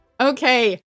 Okay